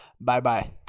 Bye-bye